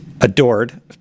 Adored